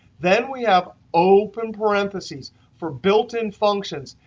then, we have open parentheses for built-in functions.